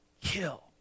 kill